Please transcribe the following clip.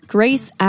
Grace